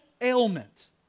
ailment